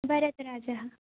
वरदराजः